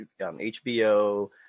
HBO